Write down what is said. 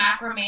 macrame